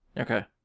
Okay